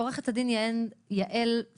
עו"ד יעל פרידל,